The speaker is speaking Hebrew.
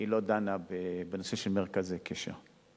היא לא דנה בנושא של מרכזי קשר.